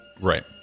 right